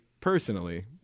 personally